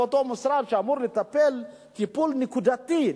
אותו משרד אמור לטפל טיפול נקודתי,